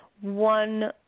one